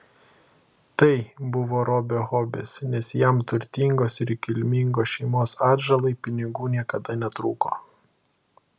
tai buvo robio hobis nes jam turtingos ir kilmingos šeimos atžalai pinigų niekada netrūko